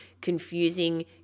confusing